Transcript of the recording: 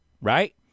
right